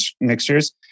mixtures